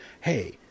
hey